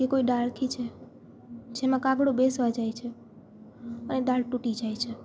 કે કોઈ ડાળખી છે જેમાં કાગળો બેસવા જાય છે અને ડાળ તૂટી જાય છે